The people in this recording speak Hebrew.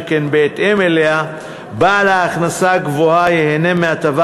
שכן בהתאם לה בעל ההכנסה הגבוהה ייהנה מהטבה